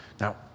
Now